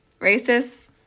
racists